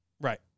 Right